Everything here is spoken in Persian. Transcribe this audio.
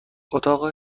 اتاق